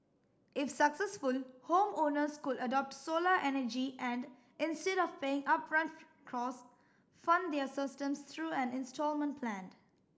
if successful homeowners could adopt solar energy and instead of paying upfront cost fund their systems through an instalment plan